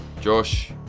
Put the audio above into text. Josh